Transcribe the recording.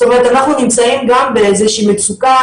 זאת אומרת אנחנו נמצאים גם באיזה שהיא מצוקה